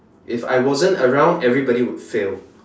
if I wasn't around everybody would fail